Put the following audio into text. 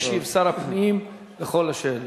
ישיב שר הפנים על כל השאלות.